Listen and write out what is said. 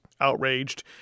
outraged